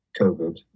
COVID